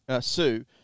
Sue